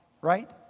right